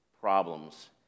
Problems